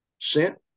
sent